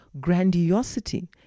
Grandiosity